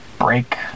break